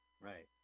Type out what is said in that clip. Right